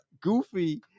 goofy